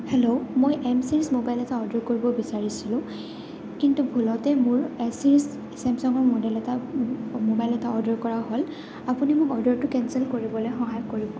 hello মই M series mobile এটা order কৰিব বিচাৰিছিলোঁ কিন্তু ভুলতে মোৰ এছ ছিৰিজ ছেমচাঙৰ মডেল এটা মোবাইল এটা অৰ্ডাৰ কৰা হ'ল আপুনি মোক অৰ্ডাৰটো কেঞ্চেল কৰিবলৈ সহায় কৰিব